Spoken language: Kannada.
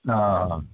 ಆಂ